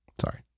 sorry